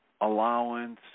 allowance